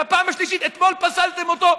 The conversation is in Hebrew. בפעם השלישית אתמול פסלתם אותו.